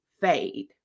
fade